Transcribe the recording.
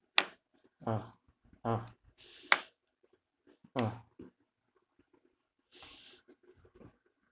ah ah ah